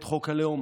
את חוק הלאום.